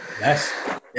Yes